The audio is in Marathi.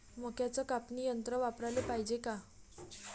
मक्क्याचं कापनी यंत्र वापराले पायजे का?